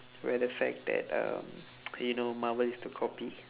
where the fact that um you know marvel is the copy